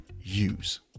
use